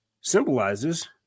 symbolizes